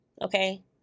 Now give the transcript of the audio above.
Okay